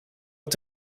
het